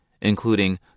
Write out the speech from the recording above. including